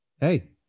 Hey